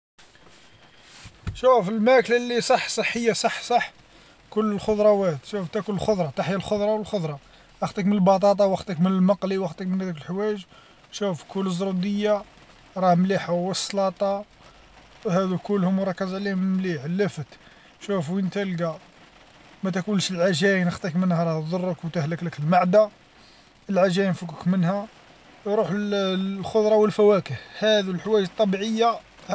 شوف الماكلة اللي صح صحية صح صح كول الخضروات شوف تاكل الخضرة تحيا الخضرة والخضرة اخطيك من البطاطا وخطيك من المقلي وخطيك من ذوك لحوايج شوف كل زرندية راه مليح والسلاطة هاذو كلهم وراكز عليهم المليح اللفت شوف وين تلقى ما تكلس العجائن خطيك منها راه تضرك وتهلكلك المعدة، العجائن فكك منها، روح لل- للخضرة والفواكه. هادو الحوايج الطبيعية.